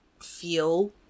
feel